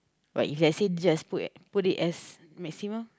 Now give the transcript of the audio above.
right if let's say just put put it as maximum